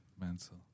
Mental